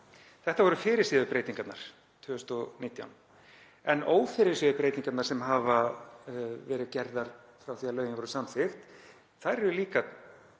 Þetta voru fyrirséðu breytingarnar 2019 en ófyrirséðu breytingarnar sem hafa verið gerðar frá því að lögin voru samþykkt eru tvær,